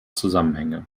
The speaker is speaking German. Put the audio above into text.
zusammenhänge